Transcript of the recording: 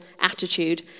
attitude